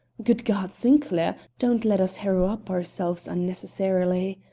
good god! sinclair, don't let us harrow up ourselves unnecessarily!